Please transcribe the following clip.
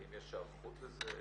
האם יש היערכות לזה,